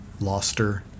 loster